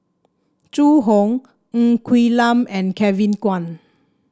Zhu Hong Ng Quee Lam and Kevin Kwan